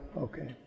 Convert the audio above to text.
Okay